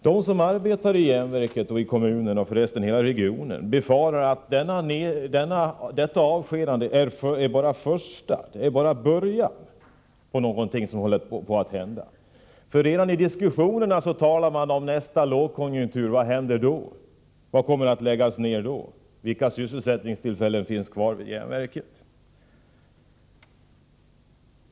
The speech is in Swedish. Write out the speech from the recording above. De som arbetar vid järnverket och i kommunen - ja, för resten i hela regionen — befarar att detta avskedande bara är början på någonting som håller på att hända, för man talar redan om nästa lågkonjunktur. Vad händer då? Vad kommer att läggas ner då? Vilka sysselsättningstillfällen kommer att finnas kvar vid järnverket?